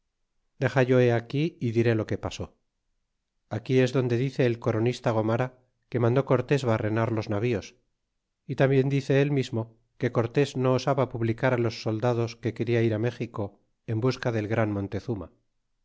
resistencia dexallohe aquí y diré lo que pasó aquí es donde dice el coronista gomara que mandó cortés barrenar los navíos y tambien dice el mismo que cortés no osaba publicar los soldados que quena ir méxico en busca del gran montezuma